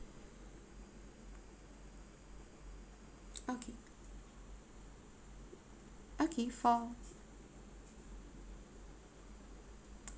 okay okay for